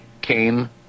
came